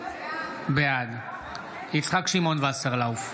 בעד יצחק שמעון וסרלאוף,